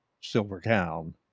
Silvertown